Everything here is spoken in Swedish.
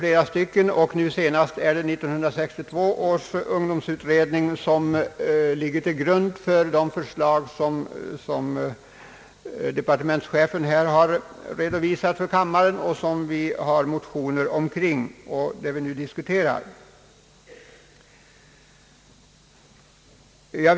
1962 års ungdomsvårdsutredning ligger till grund för det förslag som departementschefen framlagt för riksdagen, som vi har motioner kring och som vi nu diskuterar.